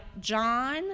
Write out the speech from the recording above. John